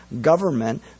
government